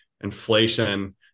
inflation